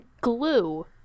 glue